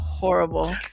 Horrible